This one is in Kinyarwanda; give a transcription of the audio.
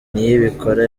niyibikora